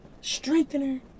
strengthener